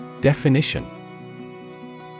Definition